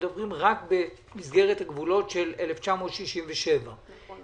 מדברים רק במסגרת הגבולות של 1967. נכון.